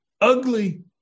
ugly